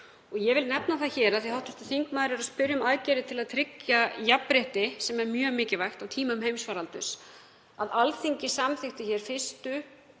Ég vil nefna það hér, af því að hv. þingmaður er að spyrja um aðgerðir til að tryggja jafnrétti, sem er mjög mikilvægt á tímum heimsfaraldurs, að Alþingi samþykkti fyrstu